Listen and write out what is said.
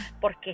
porque